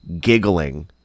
giggling